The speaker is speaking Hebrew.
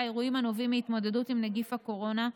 אירועים הנובעים מההתמודדות עם נגיף הקורונה,